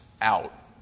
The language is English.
out